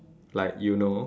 like you know